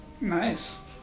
Nice